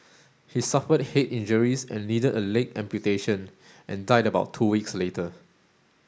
he suffered head injuries and needed a leg amputation and died about two weeks later